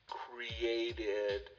created